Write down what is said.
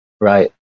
Right